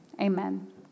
Amen